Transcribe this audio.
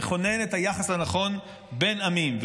מכונן את היחס הנכון בין עמים.